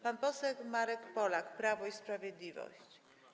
Pan poseł Marek Polak, Prawo i Sprawiedliwość.